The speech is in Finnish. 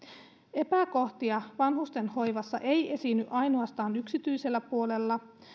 epäkohtia vanhustenhoivassa ei esiinny ainoastaan yksityisellä puolella